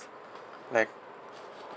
like